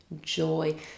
joy